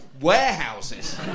warehouses